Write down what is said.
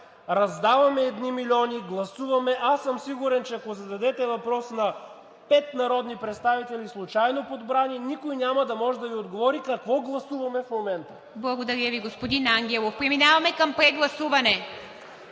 раздаваме едни милиони, гласуваме и аз съм сигурен, че ако зададете въпрос на 5 народни представители, случайно подбрани, никой няма да може да Ви отговори какво гласуваме в момента. ПРЕДСЕДАТЕЛ ИВА МИТЕВА: Благодаря Ви, господин Ангелов. Преминаваме към прегласуване.